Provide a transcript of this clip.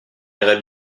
irai